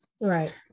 right